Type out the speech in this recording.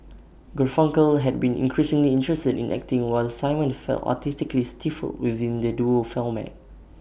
Garfunkel had been increasingly interested in acting while simon felt artistically stifled within the duo format